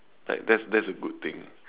like that's that's a good thing